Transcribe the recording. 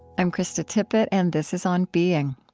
i'm krista tippett, and this is on being.